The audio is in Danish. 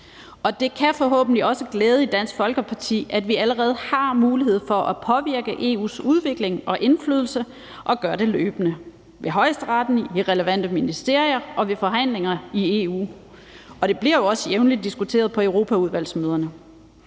og det kan forhåbentlig også glæde Dansk Folkeparti, at vi allerede har mulighed for at påvirke EU's udvikling og indflydelse og gør det løbende – ved Højesteret, i relevante ministerier og ved forhandlinger i EU. Og det bliver jo også jævnligt diskuteret på europaudvalgsmøderne.